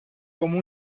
como